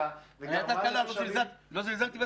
שגרמה לתושבים --- לא זלזלתי בתקלה,